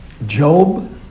Job